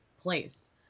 place